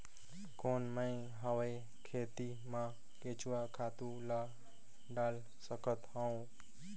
कौन मैं हवे खेती मा केचुआ खातु ला डाल सकत हवो?